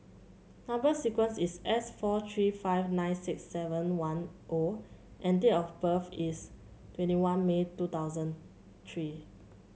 number sequence is S four three five nine six seven one O and date of birth is twenty one May two thousand three